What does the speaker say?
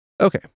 Okay